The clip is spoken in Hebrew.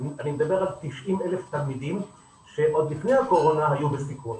אני מדבר על 90,000 תלמידים שעוד לפני הקורונה היו בסיכון.